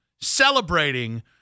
celebrating